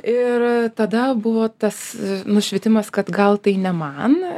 ir tada buvo tas nušvitimas kad gal tai ne man